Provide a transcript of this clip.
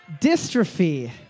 Dystrophy